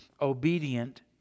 obedient